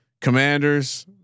commanders